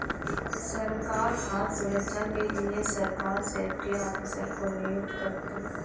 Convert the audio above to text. सरकार खाद्य सुरक्षा के लिए सरकार सेफ्टी ऑफिसर को नियुक्त करती है